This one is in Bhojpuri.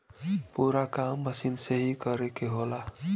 पूरा काम मसीन से ही करे के होला